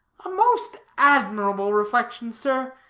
a most admirable reflection, sir,